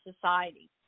society